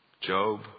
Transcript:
Job